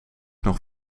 nog